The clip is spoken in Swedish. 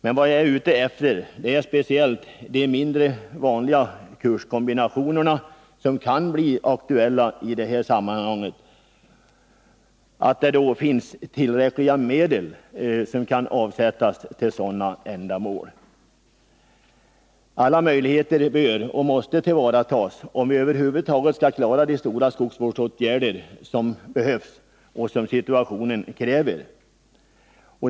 Men vad jag är ute efter är speciellt de mindre vanliga kurskombinationer som kan bli aktuella och att det måste finnas tillräckliga medel som kan avsättas till sådana ändamål. Alla möjligheter bör och måste tillvaratas, om vi över huvud taget skall klara de omfattande skogsvårdsåtgärder som behövs och som situationen kräver.